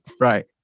Right